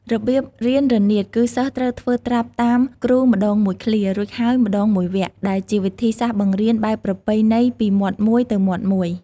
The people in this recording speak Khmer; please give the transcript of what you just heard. របៀបរៀនរនាតគឺសិស្សត្រូវធ្វើត្រាប់តាមគ្រូម្តងមួយឃ្លា រួចហើយម្តងមួយវគ្គ ដែលជាវិធីសាស្ត្របង្រៀនបែបប្រពៃណីពីមាត់មួយទៅមាត់មួយ។